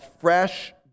fresh